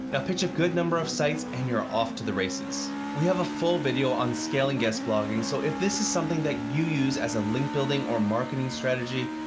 pitch a good number of sites and you're off to the races. we have a full video on scaling guest blogging, so if this is something that you use as a link building or marketing strategy,